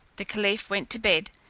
the caliph went to bed,